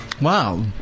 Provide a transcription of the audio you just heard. Wow